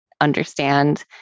understand